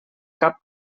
cap